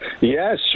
Yes